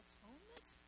Atonement